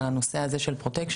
על הנושא הזה של פרוטקשן,